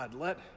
let